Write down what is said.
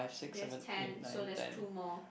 we have ten so there's two more